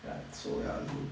ya so ya